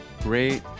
great